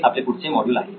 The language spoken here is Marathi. ते आपले पुढचे मॉड्यूल आहे